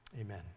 Amen